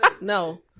no